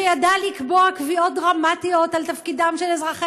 שידע לקבוע קביעות דרמטיות על תפקידם של אזרחי